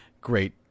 great